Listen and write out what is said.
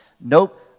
Nope